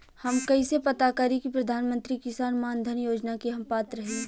हम कइसे पता करी कि प्रधान मंत्री किसान मानधन योजना के हम पात्र हई?